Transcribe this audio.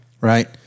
Right